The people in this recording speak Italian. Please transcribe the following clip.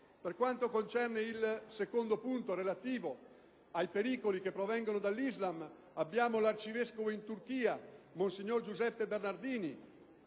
Per quanto concerne il secondo punto, relativo ai pericoli provenienti dall'Islam, l'arcivescovo di Izmir, monsignor Giuseppe Bernardini